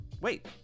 wait